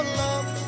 love